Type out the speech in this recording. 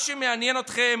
מה שמעניין אתכם,